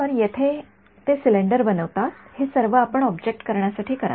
तर ते येथे सिलिंडर बनवतात हे सर्व आपण ऑब्जेक्ट करण्यासाठी कराल